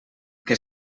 que